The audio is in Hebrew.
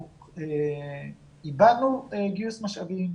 אנחנו איבדנו גיוס משאבים,